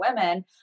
women